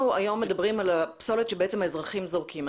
אנחנו היום מדברים על הפסולת שבעצם אזרחים זורקים.